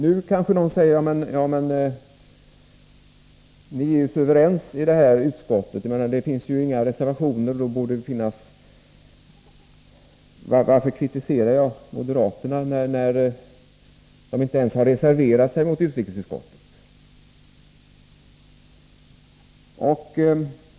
Nu kanske någon säger: Ni är ju överens i utskottet. Det finns inga reservationer. Varför kritiserar ni moderaterna, när de inte ens reserverat sig mot utskottets hemställan?